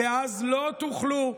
ואז לא תוכלו,